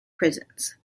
prisons